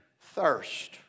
thirst